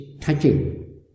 touching